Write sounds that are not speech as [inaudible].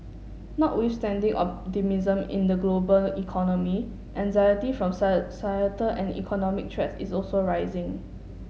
notwithstanding optimism in the global economy anxiety from [unintelligible] and economic threats is also rising